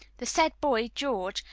the said boy, george,